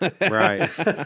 Right